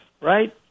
right